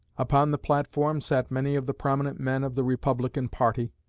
upon the platform sat many of the prominent men of the republican party,